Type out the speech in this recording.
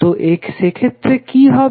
তো সেক্ষেত্রে কি হবে